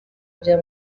bya